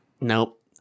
Nope